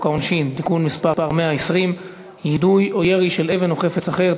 העונשין (תיקון מס' 120) (יידוי או ירי של אבן או חפץ אחר),